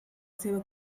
seva